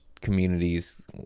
communities